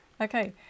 Okay